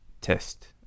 test